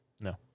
No